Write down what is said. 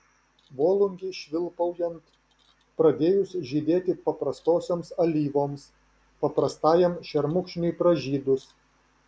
volungei švilpaujant pradėjus žydėti paprastosioms alyvoms paprastajam šermukšniui pražydus